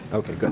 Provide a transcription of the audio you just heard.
ok, good.